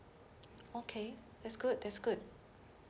okay that's good that's good